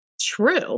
true